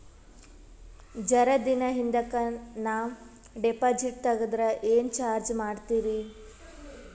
ಜರ ದಿನ ಹಿಂದಕ ನಾ ಡಿಪಾಜಿಟ್ ತಗದ್ರ ಏನ ಚಾರ್ಜ ಮಾಡ್ತೀರಿ?